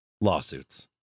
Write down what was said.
lawsuits